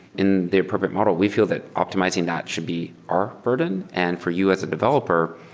in the appropriate model, we feel that optimizing that should be our burden. and for you as a developer,